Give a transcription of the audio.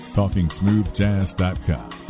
talkingsmoothjazz.com